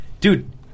Dude